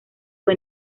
fue